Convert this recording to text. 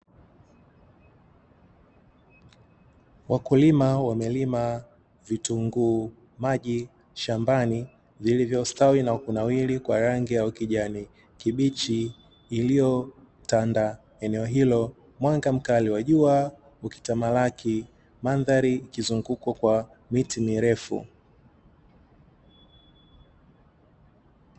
Wakulima wamelima vitunguu maji shambani, vilivyostawi na kunawiri kwa rangi ya ukijani kibichi iliyotanda eneo hilo; mwanga mkali wa jua ukitamalaki. Mandhari ikizungukwa kwa miti mirefu.